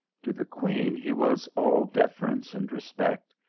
to the queen, he was all deference and respect,